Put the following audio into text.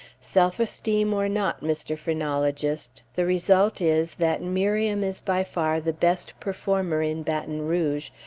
self-esteem or not, mr. phrenologist, the result is, that miriam is by far the best performer in baton rouge,